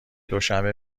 دوشنبه